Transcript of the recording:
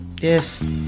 Yes